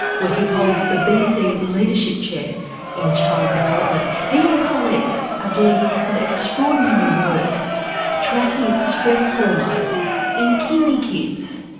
where he holds the bc leadership chair in child development. he and colleagues are doing some extraordinary work tracking stress hormones in kindy kids.